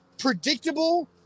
predictable